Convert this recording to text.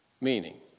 meaning